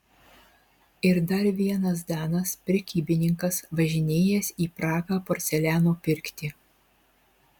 ir dar vienas danas prekybininkas važinėjęs į prahą porceliano pirkti